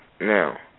Now